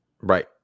right